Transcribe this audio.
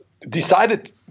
decided